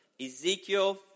Ezekiel